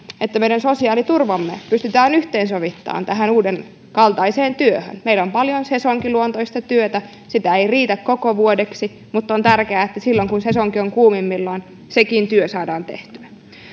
että meidän sosiaaliturvamme pystytään yhteensovittamaan tähän uudenkaltaiseen työhön meillä on paljon sesonkiluontoista työtä sitä ei riitä koko vuodeksi mutta on tärkeää että silloin kun sesonki on kuumimmillaan sekin työ saadaan tehtyä